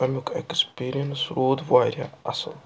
تمیُک اٮ۪کٕسپیٖرینٕس روٗد وارِیاہ اصٕل